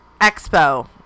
expo